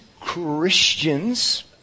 Christians